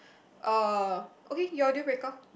uh okay your deal breaker